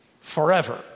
forever